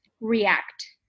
react